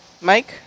Mike